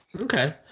Okay